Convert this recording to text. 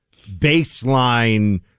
baseline